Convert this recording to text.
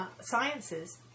sciences